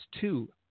two